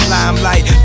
Limelight